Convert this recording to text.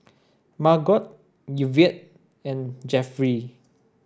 Margot Yvette and Jeffry